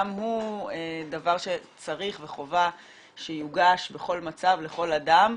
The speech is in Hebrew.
הוא דבר שצריך וחובה שיוגש בכל מצב לכל אדם,